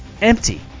empty